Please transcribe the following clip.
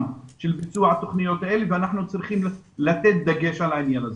של ביצוע התוכניות האלה ואנחנו צריכים לתת דגש על העניין הזה.